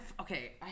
okay